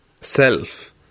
self